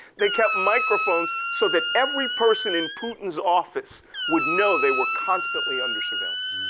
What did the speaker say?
they kept microphones so that every person in putin's office would know they were constantly under surveillance.